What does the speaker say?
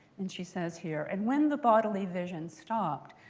and she says, here. and when the bodily vision stopped,